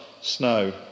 snow